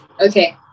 Okay